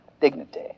dignity